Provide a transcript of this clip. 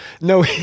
no